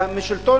והשלטון